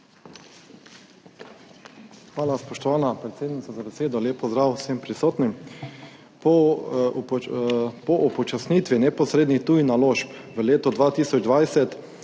Hvala, spoštovana predsednica za besedo. Lep pozdrav vsem prisotnim! Po upočasnitvi neposrednih tujih naložb v letu 2020